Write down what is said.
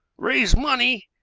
raise money!